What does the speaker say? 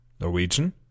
Norwegian